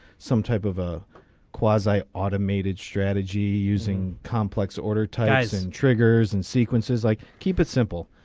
some type of ah quads i automated strategy using complex order tyson triggers and sequences like keep it simple.